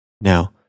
Now